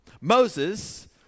Moses